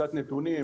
קצת נתונים,